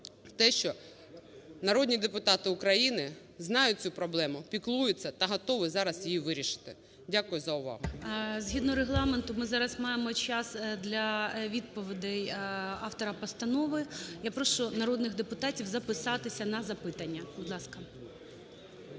те, що народні депутати України знають цю проблему, піклуються та готові зараз її вирішити. Дякую за увагу. ГОЛОВУЮЧИЙ. Згідно Регламенту ми зараз маємо час для відповідей автора постанови. Я прошу народних депутатів записатися на запитання, будь ласка.